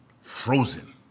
Frozen